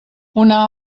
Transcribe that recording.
una